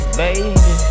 baby